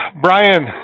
Brian